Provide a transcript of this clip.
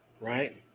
right